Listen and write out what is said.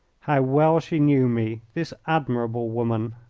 how well she knew me, this admirable woman!